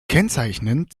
kennzeichnend